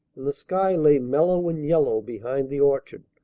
and the sky lay mellow and yellow behind the orchard,